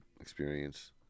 experience